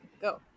Go